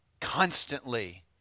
constantly